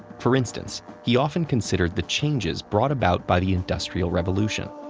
for instance, he often considered the changes brought about by the industrial revolution.